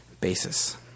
basis